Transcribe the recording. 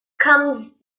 comes